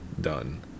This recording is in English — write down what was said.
done